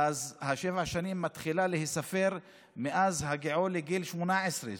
אז שבע השנים מתחילות להיספר מאז הגיעו לגיל 18,